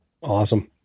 Awesome